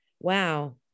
wow